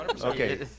Okay